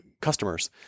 customers